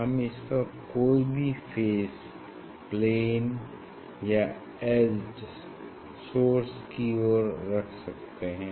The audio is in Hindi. हम इसका कोई भी फेस प्लेन या एज्जड सोर्स की ओर रख सकते हैं